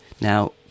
Now